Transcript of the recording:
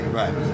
right